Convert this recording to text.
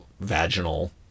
Vaginal